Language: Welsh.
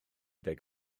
deg